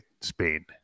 Spain